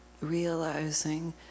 realizing